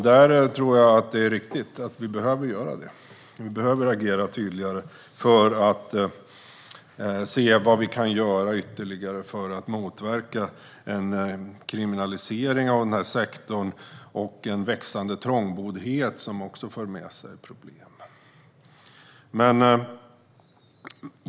Det tror jag är riktigt: Vi behöver göra agera tydligare för att motverka en kriminalisering av den här sektorn och en växande trångboddhet som också för med sig problem.